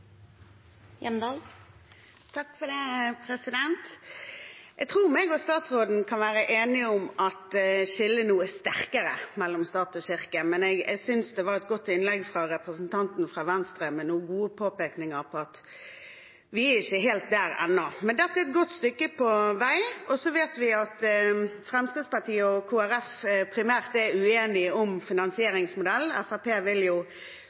innsats for sine medlemmer. Jeg tror statsråden og jeg kan være enige om at skillet nå er sterkere mellom stat og kirke, men jeg synes det var et godt innlegg fra representanten fra Venstre, med noen gode påpekninger om at vi ikke er helt der ennå. Men vi er et godt stykke på vei. Vi vet at Fremskrittspartiet og Kristelig Folkeparti primært er uenige om finansieringsmodellen, for Fremskrittspartiet vil